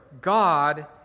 God